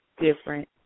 different